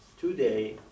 today